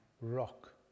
rock